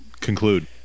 conclude